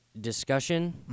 discussion